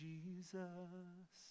Jesus